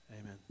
Amen